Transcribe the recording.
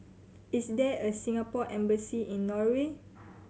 is there a Singapore Embassy in Norway